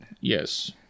Yes